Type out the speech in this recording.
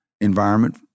environment